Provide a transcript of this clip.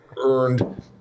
earned